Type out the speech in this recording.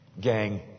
Gang